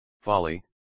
folly